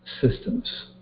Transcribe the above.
systems